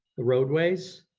roadways.